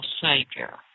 Savior